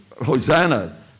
Hosanna